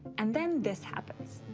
and then this happens.